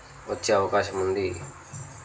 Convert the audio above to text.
వచ్చే అవకాశం ఉంది